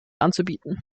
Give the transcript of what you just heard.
anzubieten